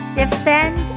defend